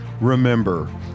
Remember